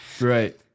Right